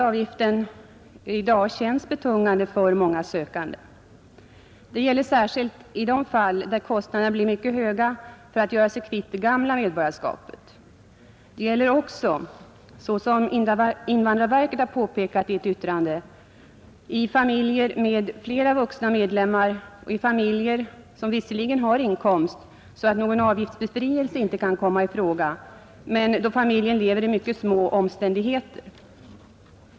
Avgiften känns i dag betungande för många sökande, Det gäller särskilt i de fall där kostnaderna blir mycket höga för att göra sig kvitt det gamla medborgarskapet. Det gäller också, såsom invandrarverket påpekat i ett yttrande, i familjer med flera vuxna medlemmar och i familjer som visserligen har inkomst, så att någon avgiftsbefrielse inte kan komma i fråga, men som lever i mycket små omständigheter.